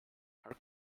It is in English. her